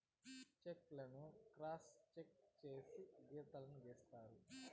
check లను cross cheque చేసి గీతలు గీత్తారు